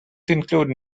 included